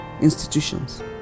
institutions